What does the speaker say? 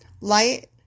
Light